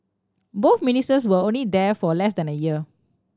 both Ministers were only there for less than a year